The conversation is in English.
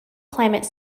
climate